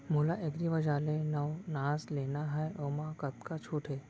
मोला एग्रीबजार ले नवनास लेना हे ओमा कतका छूट हे?